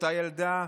אותה ילדה,